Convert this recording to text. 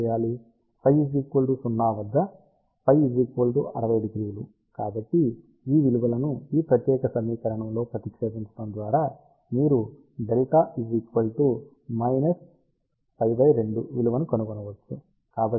Ψ 0 వద్ద φ 600 కాబట్టి ఈ విలువలను ఈ ప్రత్యేక సమీకరణంలో ప్రతిక్షేపించటం ద్వారా మీరు δ π 2 విలువను కనుగొనవచ్చు